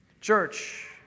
Church